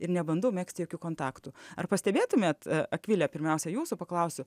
ir nebandau megzti jokių kontaktų ar pastebėtumėt akvile pirmiausia jūsų paklausiu